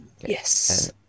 Yes